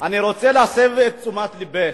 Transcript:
אני רוצה להסב את תשומת לבך,